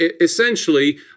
essentially